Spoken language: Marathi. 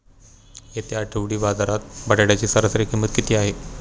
येत्या आठवडी बाजारात बटाट्याची सरासरी किंमत किती आहे?